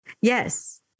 Yes